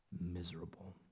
miserable